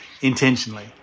intentionally